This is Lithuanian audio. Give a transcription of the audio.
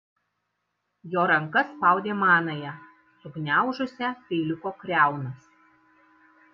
jo ranka spaudė manąją sugniaužusią peiliuko kriaunas